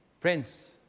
Prince